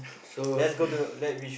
so